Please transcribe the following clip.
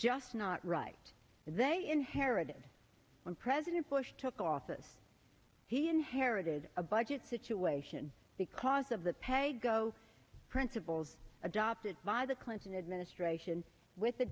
just not right that they inherited when president bush took office he inherited a budget situation because of the paygo principles adopted by the clinton administration with the